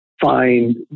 find